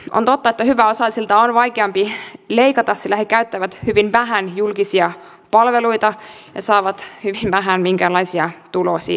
on totta että hyväosaisilta on vaikeampi leikata sillä he käyttävät hyvin vähän julkisia palveluita ja saavat hyvin vähän minkäänlaisia tulonsiirtoja